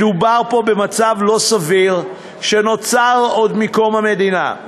מדובר פה במצב לא סביר שנוצר עוד מקום המדינה,